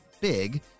big